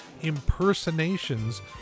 impersonations